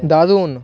দারুণ